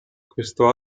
questo